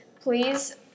please